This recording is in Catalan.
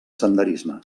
senderisme